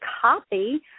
copy